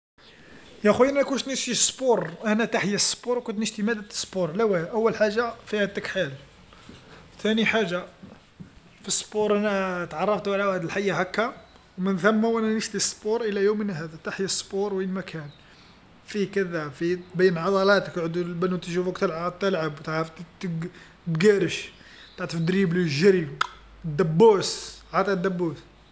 ﻿يا خويا أنا كنت نشتي الرياضة، أنا تحيا الرياضة كنت نشتي مادة الرياضة. على واه، أول حاجه فيها تكحال، ثاني حاجه في سبور أنا تعرفت على واحد الحيه هاكا، ومن ثما وأنا نشتي الرياضة إلى يومنا هذا، تحيا الرياضة وين ما كان، فيه كذا فيه بين عضلاتك يعودو ال-البنوت يشوفك عاد تلعب تعرف تق- تقارش تعرف دريبلي جري دبوس، هادا الدبوس.